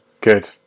good